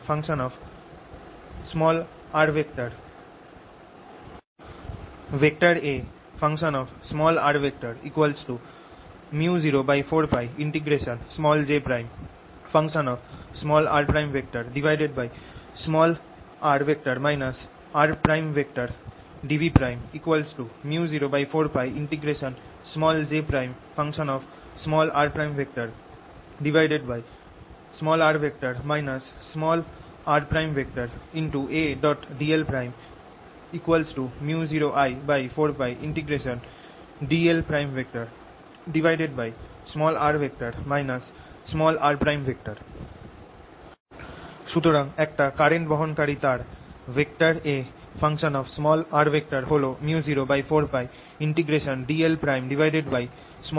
A µ04πjrr rdV µ04πjrr rAdl µ0I4πdlr r সুতরাং একটা current বহনকারি তার A হল µ04πdlr r